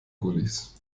gullys